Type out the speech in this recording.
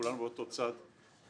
כולנו באותו צד,